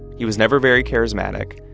he was never very charismatic,